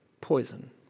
poison